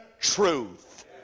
truth